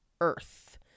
earth